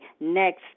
next